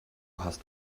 hast